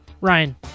Ryan